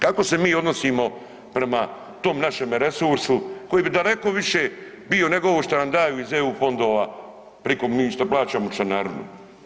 Kako se mi odnosimo prema tom našemu resursu koji bi daleko više bio nego ovo što nam daju iz EU fondova priko mi što plaćamo članarinu?